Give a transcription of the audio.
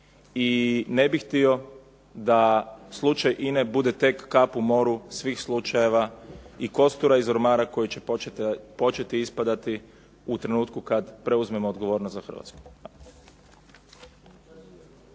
i ne bih htio da slučaj INA-e bude tek kap u moru svih slučajeva i kostura iz ormara koji će početi ispadati u trenutku kad preuzmemo odgovornost za Hrvatsku.